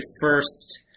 first